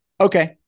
Okay